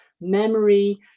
memory